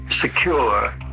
Secure